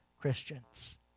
Christians